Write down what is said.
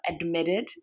admitted